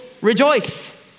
rejoice